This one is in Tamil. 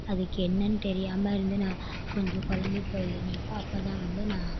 அதுக்கு என்னென்னு தெரியாமல் இருந்து நான் கொஞ்சம் குழம்பி போயிருந்தப்போ அப்போ தான் வந்து நான்